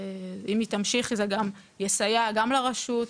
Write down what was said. אם היא תמשיך זה יסייע גם לרשות,